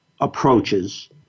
approaches